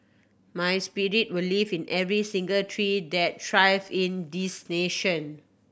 my spirit will live in every single tree that thrives in this nation